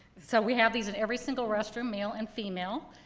so we have these in every single restroom, male and female,